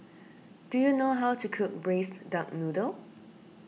do you know how to cook Braised Duck Noodle